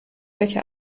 welche